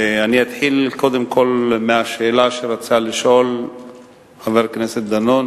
אני אתחיל מהשאלה שרצה לשאול חבר הכנסת דנון